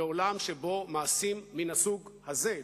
בעולם שבו מעשים מן הסוג הזה,